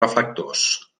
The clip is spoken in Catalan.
reflectors